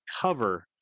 cover